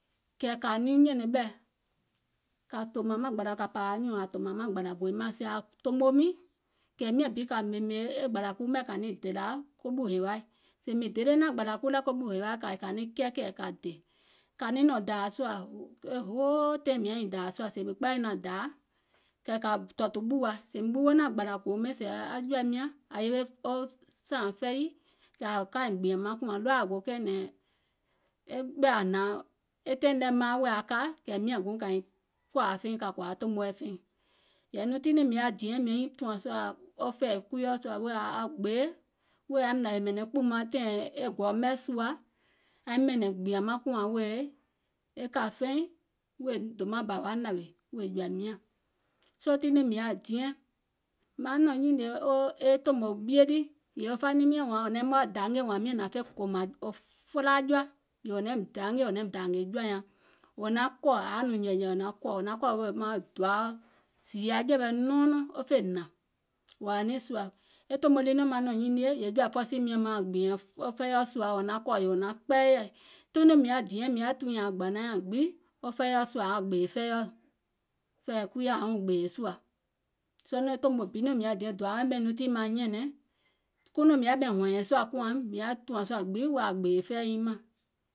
Kɛ̀ kȧ niŋ nyɛ̀nɛ̀ŋ ɓɛ̀, kȧ pȧȧwȧ nyùùŋ ȧŋ tòmȧŋ maŋ gbȧlȧ gooim mȧŋ, sèè ȧŋ tòmò miìŋ kɛ̀ miȧŋ bi kȧ ɓèmè e gbȧlȧ kuu mɛ̀ kȧ niŋ dèlȧ ko ɓù hèwaì, sèè mìŋ dele naȧŋ gbȧlȧ kuu lɛ̀ ɓù hèwaì, kɛ̀ kȧ niŋ kɛɛkɛ̀ɛ̀ kȧ dè kȧ niŋ nɔ̀ɔ̀ŋ dȧa sùȧ, e hold taìŋ kȧ niŋ nɔ̀ŋ dȧa sùȧ, sèè mìŋ kpɛɛyɛ̀ naȧŋ dàa kɛ̀ kȧ tɔ̀ɔ̀tù ɓùwa, sèè mìŋ ɓuwo naȧŋ gbȧlȧ goo miiŋ sèè aŋ jɔ̀ȧim nyȧŋ ȧŋ yewe sȧȧŋ fɛiyiì kɛ̀ ȧŋ ka ȧim gbìȧŋ maŋ kùȧŋ, tiŋ nɔŋ mìŋ yaȧ diɛŋ mìŋ yaȧ nyìŋ tùȧŋ sùȧ fɛ̀ì kuiɔ̀ sùȧ wèè a gbeè wèè aim nȧwèè ɓɛ̀nɛ̀ŋ kpùùmȧŋ tȧìŋ e gɔu mɛ̀ sùȧ aim ɓɛ̀nɛ̀ŋ gbìȧŋ maŋ kùȧŋ wèè e kȧ feìŋ weèim dòmaŋ bȧ wa nȧwèè wèè jɔ̀ȧim nyȧŋ, soo tiŋ nɔŋ mìŋ yaȧ diɛŋ, maŋ nɔ̀ɔ̀ŋ nyìnìè e tòmò ɓìe lii yèè faniŋ miɔ̀ŋ naim dangè wȧȧŋ miȧŋ nȧŋ fè kòmȧŋ felaajɔa, yèè wò naim dangè naim dȧȧngè jɔ̀ȧ nyaŋ wò naim dȧȧngè aŋ jɔ̀ȧ nyaŋ wò naŋ kɔ̀, ȧŋ yaȧ nɔŋ nyɛ̀ɛ̀nyɛ̀ɛ̀ wò naŋ kɔ̀ wèè maŋ doa zììyȧ jɛ̀wɛ̀ nɔɔnɔŋ wo fè hnȧŋ wò yȧa niŋ sùȧ, e tòmo lii nɔŋ maŋ nɔ̀ŋ nyinie yèè jɔ̀ȧ fɔisì miɔ̀ŋ mauŋ gbìɛ̀ŋ wɔŋ fɛìɔ sùȧ wò naŋ kɔ̀ wò naŋ kpɛɛyɛ̀, tiŋ nɔŋ mìŋ yaȧ diɛŋ mìŋ yaȧ tùùnyɛ̀ŋ aŋ gbȧnaŋ nyȧŋ gbiŋ wɔŋ fɛìɔ̀ sùȧ ȧŋ yaȧ gbèè sùȧ fɛiɔ̀, fɛ̀ì kuiɔ̀ ȧŋ yȧ wuŋ gbèè sùȧ soo nɔŋ tòmo bi nɔŋ mìŋ yaȧ diɛŋ, tiŋ maŋ nyɛ̀nɛ̀ŋ tiŋ nɔŋ mìŋ yaȧ ɓɛìŋ hɔ̀ɔ̀nyɛ̀ŋ sùȧ kùȧŋ mìŋ yaȧ tùȧŋ sùȧ ko gbèè fɛi nyiŋ mȧŋ,